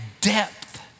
depth